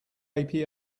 api